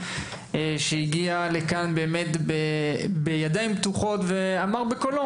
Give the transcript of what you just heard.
שהגיע לכאן בידיים פתוחות ואמר בקולו,